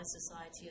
Society